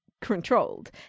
controlled